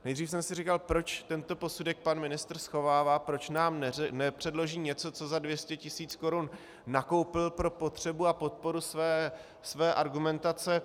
Nejdřív jsem si říkal, proč tento posudek pan ministr schovává, proč nám nepředloží něco, co za 200 tisíc korun nakoupil pro potřebu a podporu své argumentace.